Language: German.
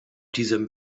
diesem